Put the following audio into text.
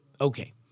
Okay